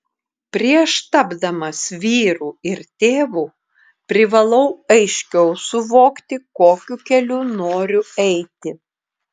prieš tapdamas vyru ir tėvu privalau aiškiau suvokti kokiu keliu noriu eiti